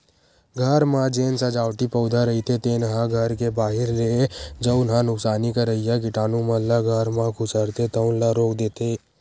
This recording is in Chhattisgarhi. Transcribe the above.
घर म जेन सजावटी पउधा रहिथे तेन ह घर के बाहिर ले जउन ह नुकसानी करइया कीटानु मन ल घर म खुसरथे तउन ल रोक देथे